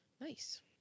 nice